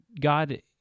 God